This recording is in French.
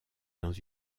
dans